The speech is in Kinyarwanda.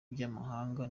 by’amahanga